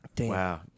Wow